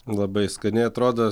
labai skaniai atrodo